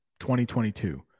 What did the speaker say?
2022